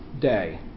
day